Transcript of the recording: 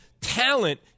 Talent